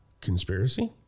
conspiracy